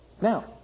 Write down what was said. Now